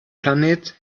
planet